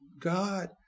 God